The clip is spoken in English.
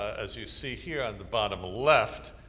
as you see here on the bottom left,